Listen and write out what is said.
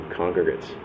congregants